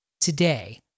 Today